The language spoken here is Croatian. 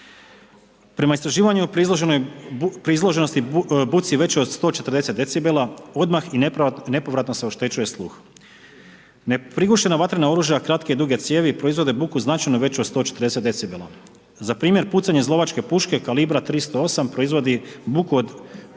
Prema istraživanju pri izloženosti buci većoj od 140 decibela odmah i nepovratno se oštećuje sluh. Neprigušena vatrena oružja kratke i duge cijevi proizvode buku značajno veću od 140 decibela. Za primjer, pucanje iz lovačke puške kalibra 308 proizvodi buku od cca